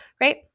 Right